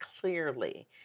clearly